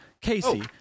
Casey